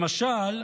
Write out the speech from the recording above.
למשל,